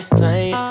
playing